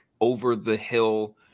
over-the-hill